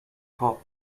caught